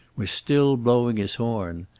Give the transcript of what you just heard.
was still blowing his horn.